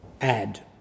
add